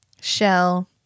shell